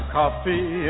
coffee